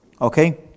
Okay